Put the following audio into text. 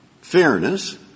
Fairness